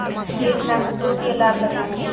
कीटनाशकों के लाभ बताएँ?